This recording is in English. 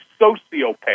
sociopath